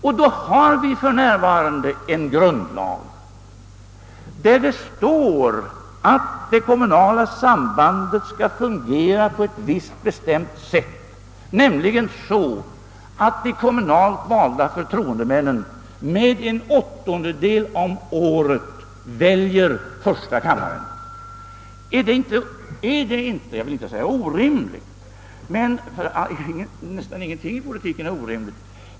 Då är att märka att vi för närvarande har en grundlag där det står att det kommunala sambandet skail fungera på ett visst bestämt sätt, nämligen så att de kommunalt valda förtroendemännen med en åttondel om året väljer första kammaren. Är det inte, jag vill inte säga orimligt — nästan ingenting i politiken är orimligt!